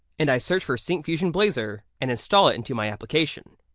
and i search for syncfusion blazor and install it into my application.